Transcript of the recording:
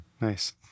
Nice